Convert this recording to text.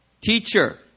teacher